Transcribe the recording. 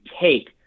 take